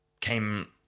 Came